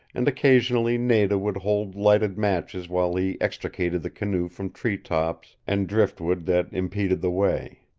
and occasionally nada would hold lighted matches while he extricated the canoe from tree-tops and driftwood that impeded the way.